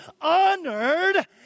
honored